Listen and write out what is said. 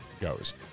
goes